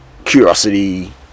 curiosity